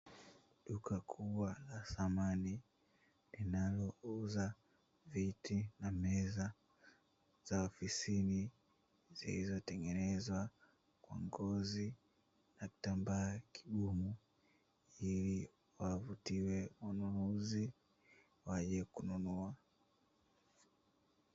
Vyombo vya samani vilivyotengezwa kwa ngozi